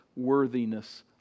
Worthiness